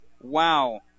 wow